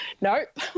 Nope